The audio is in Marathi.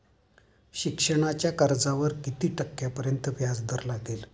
शिक्षणाच्या कर्जावर किती टक्क्यांपर्यंत व्याजदर लागेल?